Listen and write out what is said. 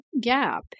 gap